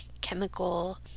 chemical